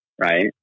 Right